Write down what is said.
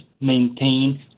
maintain